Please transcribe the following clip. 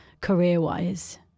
career-wise